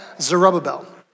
Zerubbabel